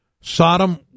Sodom